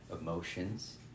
emotions